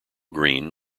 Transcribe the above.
green